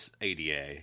ADA